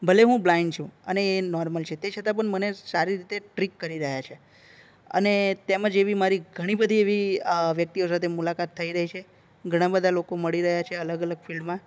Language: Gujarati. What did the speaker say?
ભલે હું બ્લાઇન્ડ છું અને એ નોર્મલ છે તે છતાં પણ મને સારી રીતે ટ્રિટ કરી રહ્યા છે તેમજ એવી મારી ઘણી બધી એવી વ્યક્તિઓ સાથે મુલાકાત થઈ રહી છે ઘણાં બધાં લોકો મળી રહ્યાં છે અલગ અલગ ફિલ્ડમાં